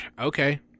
okay